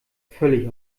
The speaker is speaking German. völlig